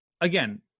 again